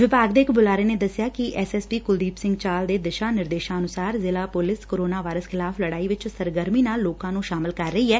ਵਿਭਾਗ ਦੇ ਇੱਕ ਬੁਲਾਰੇ ਨੇ ਦੱਸਿਆ ਕਿ ਐਸਐਸਪੀ ਕੁਲਦੀਪ ਸਿੰਘ ਚਾਹਲ ਦੇ ਦਿਸ਼ਾ ਨਿਰਦੇਸ਼ਾਂ ਅਨੁਸਾਰ ਜ਼ਿਲ੍ਹਾ ਪੁਲਿਸ ਕੋਰੋਨਾ ਵਾਇਰਸ ਖ਼ਿਲਾਫ਼ ਲੜਾਈ ਵਿੱਚ ਸਰਗਰਮੀ ਨਾਲ ਆਮ ਲੋਕਾਂ ਨੂੰ ਸ਼ਾਮਲ ਕਰ ਰਹੀ ਐ